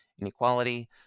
inequality